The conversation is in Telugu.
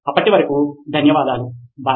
అప్పటివరకు ధన్యవాదాలు బై